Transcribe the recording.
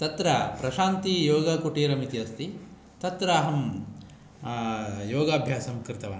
तत्र प्रशान्ती योगकुटीरम् इति अस्ति तत्र अहं योगा अभ्यासं कृतवान्